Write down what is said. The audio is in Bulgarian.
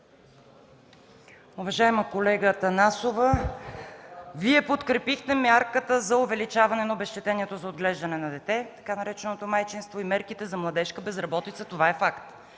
Уважаема колега Атанасова, Вие подкрепихте мярката за увеличаване на обезщетенията за отглеждане на дете, така нареченото майчинство и мерките за младежка безработица. Това е факт.